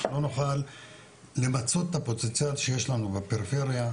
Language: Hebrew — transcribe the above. לא נוכל למצות את הפוטנציאל שיש לנו בפריפריה.